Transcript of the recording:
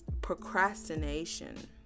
procrastination